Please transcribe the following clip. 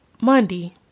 Monday